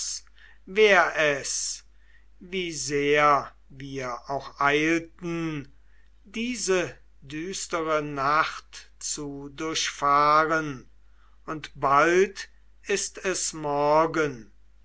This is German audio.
wär es wie sehr wir auch eilten diese düstere nacht zu durchfahren und bald ist es morgen